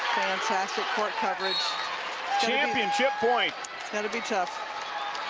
fantastic court coverage championship point got to be tough